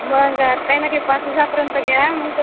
मग काही ना घेत पाच हजारपर्यंत घ्या मग